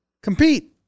Compete